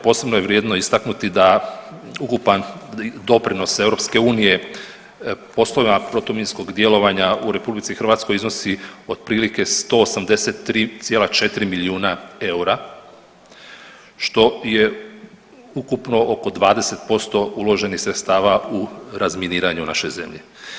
Posebno je vrijedno istaknuti da ukupan doprinos EU poslovima protuminskog djelovanja u RH iznosi otprilike 183,4 milijuna eura što je ukupno oko 20% uloženih sredstava u razminiranje u našoj zemlji.